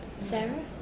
Sarah